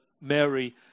Mary